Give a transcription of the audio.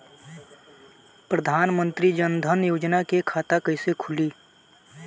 प्रधान मंत्री जनधन योजना के खाता कैसे खुली?